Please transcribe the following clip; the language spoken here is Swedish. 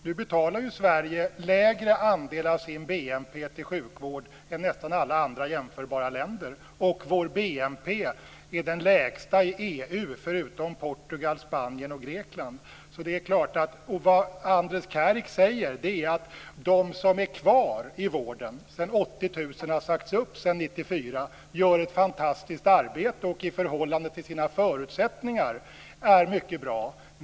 Nu betalar ju Sverige lägre andel av sin BNP till sjukvård än nästan alla andra jämförbara länder. Och vår BNP är den lägsta i EU förutom Portugal, Spanien och Grekland. Vad Andres Käärik säger är att de som är kvar i vården efter att 80 000 har sagts upp sedan 1994 gör ett fantastiskt arbete och att de är mycket bra i förhållande till sina förutsättningar.